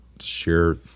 share